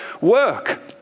work